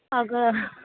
अगं